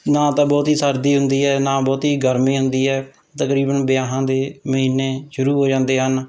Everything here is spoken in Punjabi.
ਨਾ ਤਾਂ ਬਹੁਤੀ ਸਰਦੀ ਹੁੰਦੀ ਹੈ ਨਾਂ ਬਹੁਤੀ ਗਰਮੀ ਹੁੰਦੀ ਹੈ ਤਕਰੀਬਨ ਵਿਆਹਾਂ ਦੇ ਮਹੀਨੇ ਸ਼ੁਰੂ ਹੋ ਜਾਂਦੇ ਹਨ